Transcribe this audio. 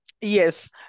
Yes